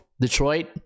Detroit